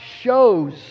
shows